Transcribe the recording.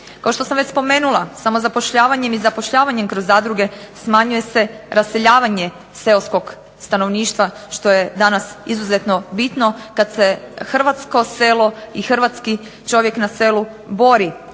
Kao što sam već spomenula, samozapošljavanjem i zapošljavanjem kroz zadruge smanjuje se raseljavanje seoskog stanovništva što je danas izuzetno bitno kad se hrvatsko selo i hrvatski čovjek na selu bori